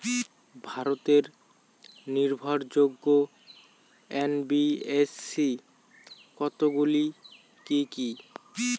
ভারতের নির্ভরযোগ্য এন.বি.এফ.সি কতগুলি কি কি?